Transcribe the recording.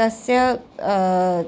तस्य